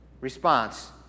response